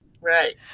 Right